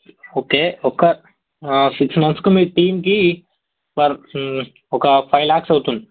okay ఒక six మంత్స్కి మీ టీమ్కి ఫర్ ఒక ఫైవ్ ల్యాక్స్ అవుతుంది